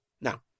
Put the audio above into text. Now